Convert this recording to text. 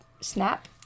snap